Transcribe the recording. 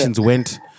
went